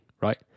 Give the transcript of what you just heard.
right